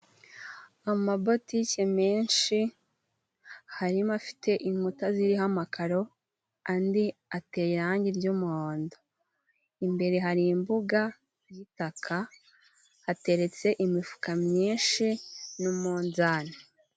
Amabotike menshi harimo afite inkuta ziriho amakaro, andi ateye irangi ry'umuhondo. Imbere hari imbuga y'itaka, hateretse imifuka myinshi n'umunzani.